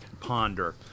ponder